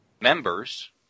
members